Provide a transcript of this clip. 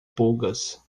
pulgas